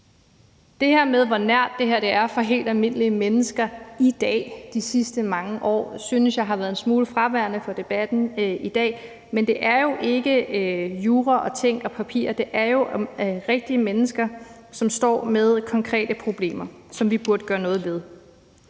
Det her med, hvor nært det her er for helt almindelige mennesker i dag og de sidste mange år, synes jeg har været en smule fraværende i debatten i dag. Men det er jo ikke jura og ting og papir; det er rigtige mennesker, som står med konkrete problemer, som vi burde gøre noget ved.